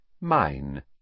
Mine